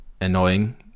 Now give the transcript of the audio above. annoying